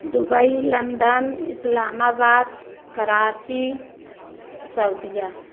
Dubai London Islamabad Karachi सौदिया